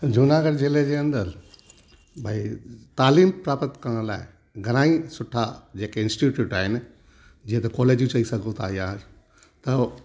जूनागढ़ जिले जे अंदरि भई तालीमु प्रापत करण लाइ घणेई सुठा जेके इंस्टिट्यूट आहिनि जीअं त कॉलेजूं चई सघूं था या त